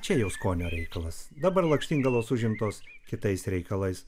čia jau skonio reikalas dabar lakštingalos užimtos kitais reikalais